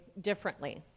differently